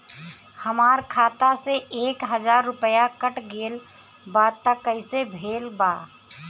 हमार खाता से एक हजार रुपया कट गेल बा त कइसे भेल बा?